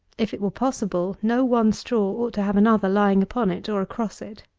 if it were possible, no one straw ought to have another lying upon it, or across it.